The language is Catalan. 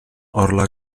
orla